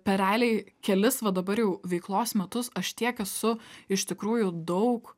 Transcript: per realiai kelis va dabar jau veiklos metus aš tiek esu iš tikrųjų daug